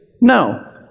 No